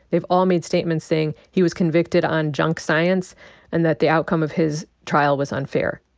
they've all made statements saying he was convicted on junk science and that the outcome of his trial was unfair.